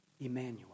Emmanuel